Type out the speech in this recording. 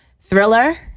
Thriller